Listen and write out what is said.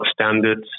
standards